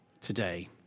today